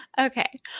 Okay